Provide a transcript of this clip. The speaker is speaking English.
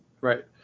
Right